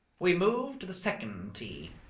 we moved to the second tee.